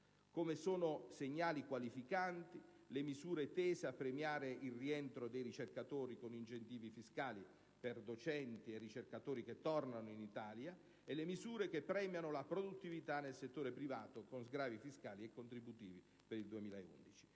modo, sono segnali qualificanti le misure tese a premiare il rientro dei ricercatori con incentivi fiscali per docenti e ricercatori che tornano in Italia e le misure che premiano la produttività nel settore privato con sgravi fiscali e contributivi per il 2011.